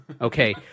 Okay